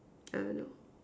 I don't know